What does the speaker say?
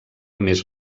més